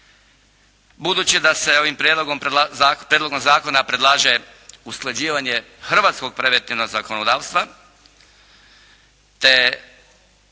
Budući da se ovim prijedlogom zakona predlaže usklađivanje hrvatskog preventivnog zakonodavstva, te posebno